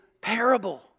parable